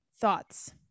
thoughts